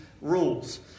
rules